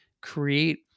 create